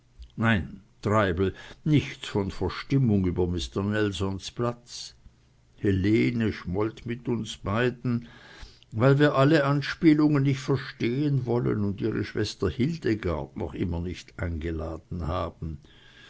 nein treibel nichts von verstimmung über mister nelsons platz helene schmollt mit uns beiden weil wir alle anspielungen nicht verstehen wollen und ihre schwester hildegard noch immer nicht eingeladen haben